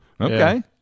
Okay